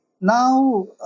Now